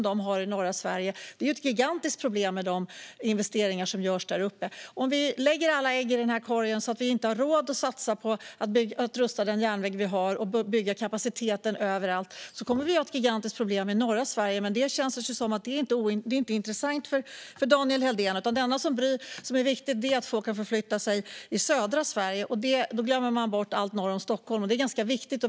Detta är ett gigantiskt problem med tanke på de investeringar som görs där uppe. Om vi lägger alla ägg i den här korgen, så att vi inte har råd att satsa på att rusta upp den järnväg vi har och bygga kapacitet överallt, kommer vi att ha gigantiska problem i norra Sverige. Men det känns som att det inte är intressant för Daniel Helldén. Det enda som är viktigt är att folk kan förflytta sig i södra Sverige. Man glömmer bort allt norr om Stockholm, men det är också viktigt.